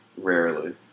Rarely